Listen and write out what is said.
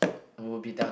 we'll be done